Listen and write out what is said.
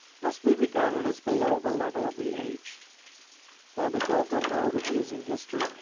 must be regarded as below the level of the age while the vulgar mode of using history,